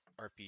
rpg